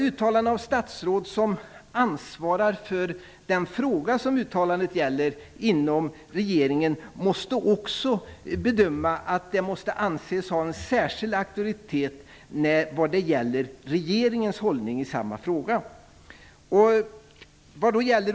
Uttalanden av statsråd som inom regeringen ansvarar för den fråga som uttalandet gäller måste också bedöma att det måste anses ha en särskild auktoritet vad gäller regeringens hållning i samma fråga.